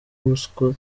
ruswa